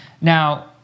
Now